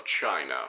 China